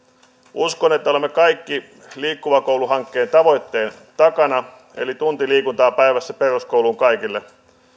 uskon että olemme kaikki liikkuva koulu hankkeen tavoitteen takana eli tunti liikuntaa päivässä peruskouluun kaikille